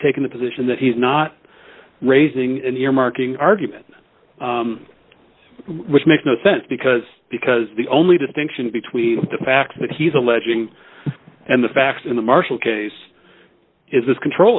taken the position that he's not raising and earmarking argument which makes no sense because because the only distinction between the fact that he's alleging and the fact in the marshall case is this control